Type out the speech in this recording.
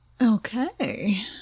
Okay